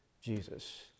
Jesus